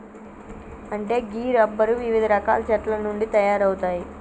అంటే గీ రబ్బరు వివిధ రకాల చెట్ల నుండి తయారవుతాయి